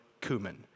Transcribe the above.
cumin